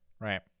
Right